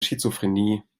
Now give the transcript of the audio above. schizophrenie